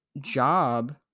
job